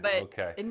okay